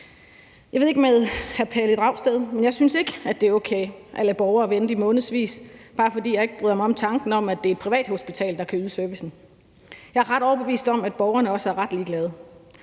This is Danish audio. Jeg ved ikke med hr. Pelle Dragsted, men jeg synes ikke, det er okay at lade borgere vente i månedsvis, bare fordi jeg ikke bryder mig om tanken om, at det er et privathospital, der kan yde servicen. Jeg er ret overbevist om, at borgerne også er ret ligeglade.